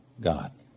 God